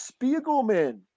Spiegelman